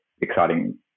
exciting